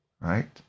right